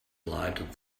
lighted